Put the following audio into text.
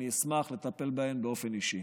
אני אשמח לטפל בהן אופן אישי.